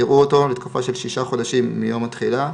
יראו אותו, לתקופה של שישה חודשים מיום התחילה,